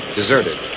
deserted